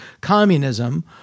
communism